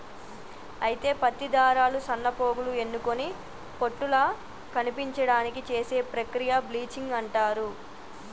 అయితే పత్తి దారాలు సన్నపోగులు ఎన్నుకొని పట్టుల కనిపించడానికి చేసే ప్రక్రియ బ్లీచింగ్ అంటారు